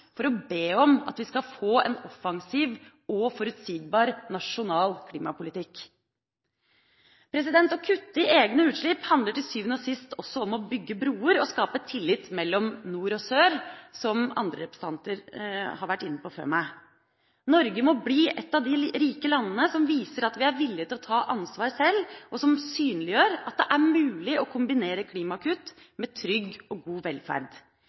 for å be om at vi skal få en offensiv og forutsigbar nasjonal klimapolitikk. Å kutte i egne utslipp handler til syvende og sist også om å bygge broer og skape tillit mellom nord og sør, som andre representanter før meg har vært inne på. Norge må bli et av de rike landene som viser vilje til å ta ansvar selv, og som synliggjør at det er mulig å kombinere klimakutt med trygg og god velferd,